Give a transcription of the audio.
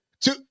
two